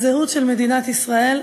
הזהות של מדינת ישראל,